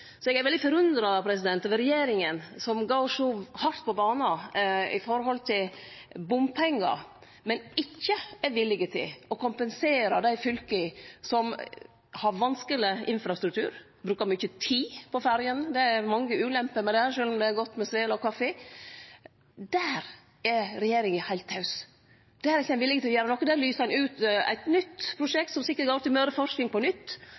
Eg er veldig forundra over regjeringa, som går så hardt ut på banen når det gjeld bompengar, men ikkje er villige til å kompensere dei fylka som har vanskeleg infrastruktur, som brukar mykje tid på ferjene – det er mange ulemper med det, sjølv om det er godt med svele og kaffi. Der er regjeringa heilt taus. Der er ein ikkje villig til å gjere noko. Der lyser ein ut eit nytt prosjekt, som sikkert går til Møreforsking på nytt.